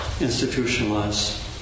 institutionalized